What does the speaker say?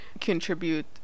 contribute